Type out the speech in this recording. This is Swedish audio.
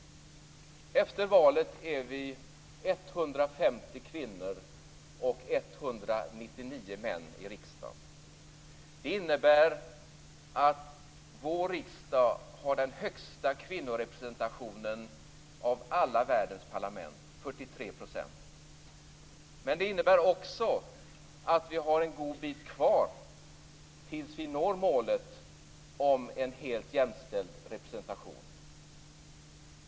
Efter valet är vi 150 kvinnor och 199 män i riskdagen. Det innebär att vår riksdag har den högsta kvinnorepresentationen av alla världens parlament, 43 %. Men det innebär också att vi har en god bit kvar tills vi når målet om en helt jämställd representation.